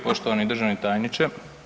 Poštovani državni tajniče.